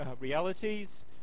realities